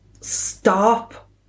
Stop